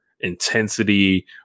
intensity